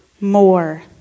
more